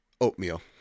oatmeal